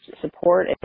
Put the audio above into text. support